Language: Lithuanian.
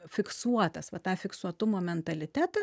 fiksuotas va tą fiksuotumo mentalitetą